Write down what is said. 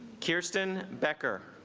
kirsten becker